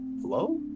Hello